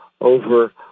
over